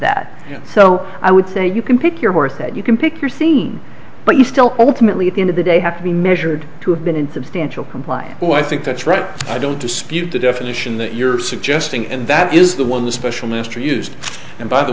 that so i would say you can pick your worth and you can pick your scene but you still ultimately at the end of the day have to be measured to have been in stanch will comply but i think that's right i don't dispute the definition that you're suggesting and that is the one the special minister used and by the